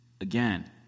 again